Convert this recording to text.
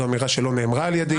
זו אמירה שלא נאמרה על ידי.